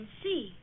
see